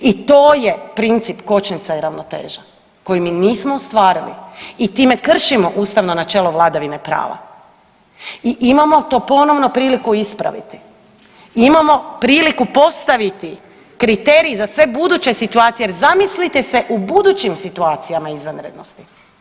I to je princip kočnica i ravnoteža koji mi nismo ostvarili i time kršimo ustavno načelo vladavine prava i imamo to ponovno priliku ispraviti, imamo priliku postaviti kriterij za sve buduće situacije jer zamislite se u budućim situacijama izvanrednosti.